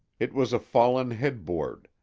it was a fallen headboard,